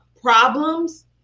problems